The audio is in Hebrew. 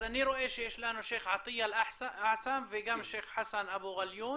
אני רואה שנמצא פה השייח' עטיאה אל אסא וגם שייח' חסן אבו עליון.